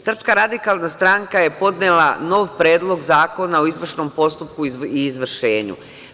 Srpska radikalna stranka je podnela nov predlog Zakona o izvršnom postupku i izvršenju.